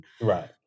Right